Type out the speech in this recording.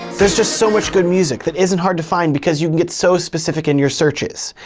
there's just so much good music that isn't hard to find because you can get so specific in your searches.